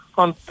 on